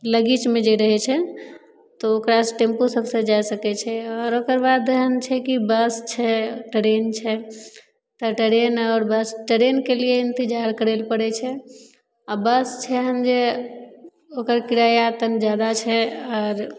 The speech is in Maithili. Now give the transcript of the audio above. लगीचमे जे रहय छै तऽ ओकरासँ टेम्पू सबसँ जा सकय छै आओर ओकर बाद हन छै कि बस छै ट्रेन छै तऽ ट्रेन और बस ट्रेनके लिए इंतजार करे लए पड़ै छै आ बस छै हन जे ओकर किराया तनी ज्यादा छै आर